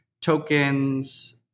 tokens